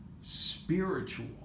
spiritual